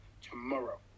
tomorrow